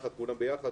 לכולם ביחד,